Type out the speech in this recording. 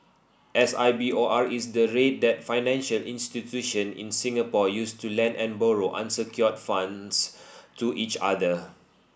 S I B O R is the rate that financial institution in Singapore use to lend and borrow unsecured funds to each other